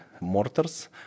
mortars